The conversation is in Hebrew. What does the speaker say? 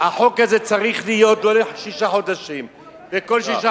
החוק הזה צריך להיות לא לשישה חודשים וכל שישה